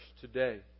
today